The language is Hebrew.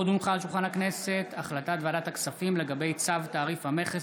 הצעת ועדת הכספים לגבי צו תעריף המכס